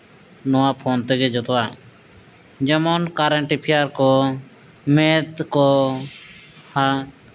ᱱᱚᱣᱟ ᱯᱷᱳᱱ ᱛᱮᱜᱮ ᱡᱷᱚᱛᱚᱣᱟᱜ ᱡᱮᱢᱚᱱ ᱠᱟᱨᱮᱱᱴ ᱮᱯᱷᱮᱭᱟᱨᱥ ᱠᱚ ᱢᱮᱛᱷ ᱠᱚ ᱟᱨ